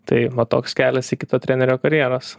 tai va toks kelias iki to trenerio karjeros